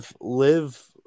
live